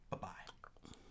Bye-bye